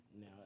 now